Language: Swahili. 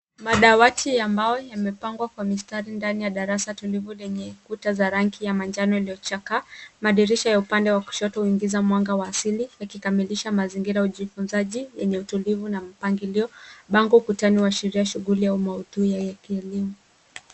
Madawati ya mbao yamepangwa kwa mistari ndani ya darasa tulivu lenye ukuta za rangi ya manjano iliyojakaa. Madirisha ya upande wa kushoto huingiza mwanga wa asili yakikamilisha mazingira ya ujifunzaji yenye utulivu na mpangilio. Bango ukutani huashiria shughuli ya maudhui ya kielimu.